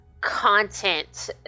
content